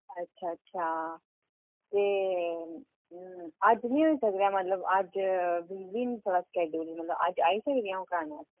अच्छा अच्छा ते अज्ज निं होई सकदा मतलब बिजी न थुआढ़ा केह् शड्यूल मतलब अज्ज आई सकनी अ'ऊं